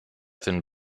den